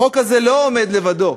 החוק הזה לא עומד לבדו,